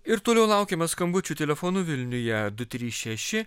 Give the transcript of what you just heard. ir toliau laukiama skambučių telefonu vilniuje du trys šeši